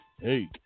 Hey